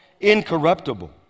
incorruptible